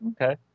okay